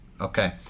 Okay